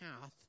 path